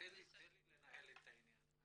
תני לי לנהל את העניין.